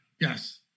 Yes